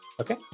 Okay